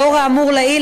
לאור האמור לעיל,